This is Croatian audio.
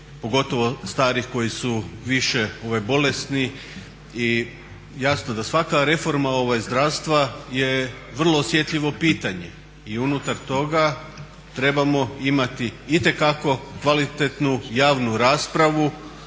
pogotovo starih koji su više bolesni. I jasno da svaka reforma zdravstva je vrlo osjetljivo pitanje i unutar toga trebamo imati itekako kvalitetnu javnu raspravu.